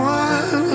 one